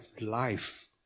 life